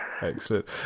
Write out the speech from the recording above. Excellent